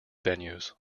venues